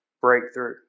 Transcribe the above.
breakthrough